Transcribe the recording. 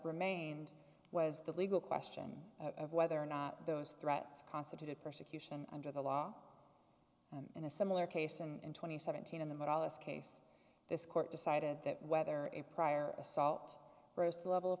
remained was the legal question of whether or not those threats constituted persecution under the law and in a similar case and twenty seventeen in the middle this case this court decided that whether a prior assault gross the level of